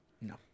No